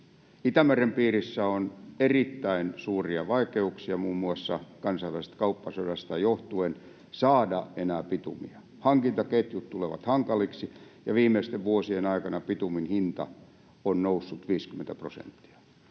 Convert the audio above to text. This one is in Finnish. Itämeren piirissä on erittäin suuria vaikeuksia muun muassa kansainvälisestä kauppasodasta johtuen saada enää bitumia. Hankintaketjut tulevat hankaliksi, ja viimeisten vuosien aikana bitumin hinta on noussut 50 prosenttia.